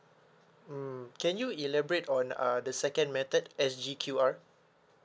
mm can you elaborate on uh the second method S_G_Q_R